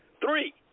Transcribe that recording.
Three